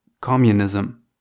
communism